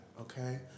Okay